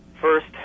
first